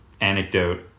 anecdote